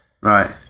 Right